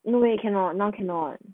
no eh cannot now cannot